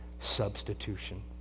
substitution